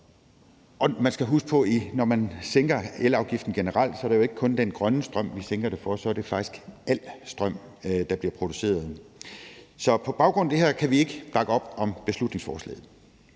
men man skal huske på, at når man sænker elafgiften generelt, er det jo ikke kun den grønne strøm, vi sænker den for; så er det faktisk for al strøm, der bliver produceret. Så på baggrund af det her kan vi ikke bakke op om beslutningsforslaget.